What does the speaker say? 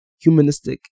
humanistic